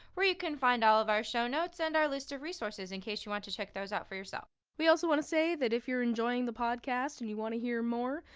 where you can find all of our show notes and our list of resources in case you want to check those out for yourself we also want to say that if you're enjoying the podcast and you want to hear more,